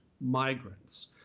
migrants